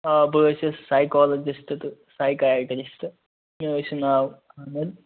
آ بہٕ حَظ چھُس سایکولِجِسٹ تہٕ سایکیٹرسٹ مےٚ حظ چھُ ناو عامر